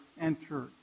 enter